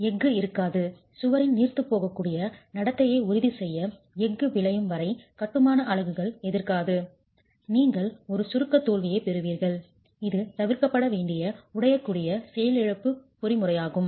எஃகு இருக்காது சுவரின் நீர்த்துப்போகக்கூடிய நடத்தையை உறுதிசெய்ய எஃகு விளையும் வரை கட்டுமான அலகுகள் எதிர்க்காது நீங்கள் ஒரு சுருக்கத் தோல்வியைப் பெறுவீர்கள் இது தவிர்க்கப்பட வேண்டிய உடையக்கூடிய செயலிழப்பு பொறிமுறையாகும்